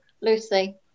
Lucy